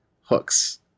hooks